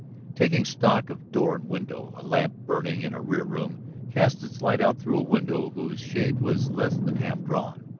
taking stock of door and window a lamp burning in a rear room cast its light out through a window whose shade was less than half drawn.